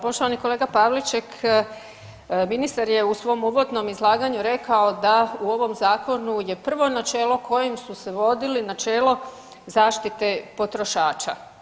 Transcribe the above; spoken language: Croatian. Poštovani kolega Pavliček, ministar je u svom uvodnom izlaganju rekao da u ovom zakonu je prvo načelo kojim su se vodili načelo zaštite potrošača.